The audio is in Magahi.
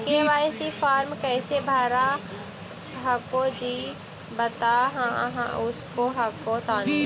के.वाई.सी फॉर्मा कैसे भरा हको जी बता उसको हको तानी?